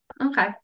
Okay